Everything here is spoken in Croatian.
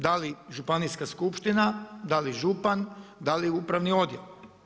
Da li županijska skupština, da li župan, da li upravni odjel?